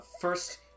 first